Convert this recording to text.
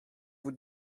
vous